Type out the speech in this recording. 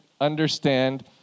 understand